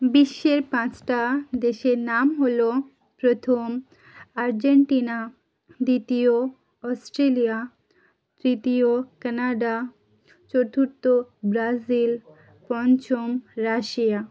বিশ্বের পাঁচটা দেশের নাম হল প্রথম আর্জেন্টিনা দ্বিতীয় অস্ট্রেলিয়া তৃতীয় কানাডা চতুর্থ ব্রাজিল পঞ্চম রাশিয়া